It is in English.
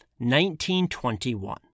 1921